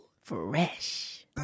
Fresh